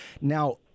Now